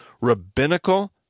rabbinical